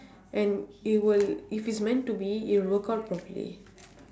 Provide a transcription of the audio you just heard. and it will if it's meant to be it will work out properly